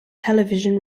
television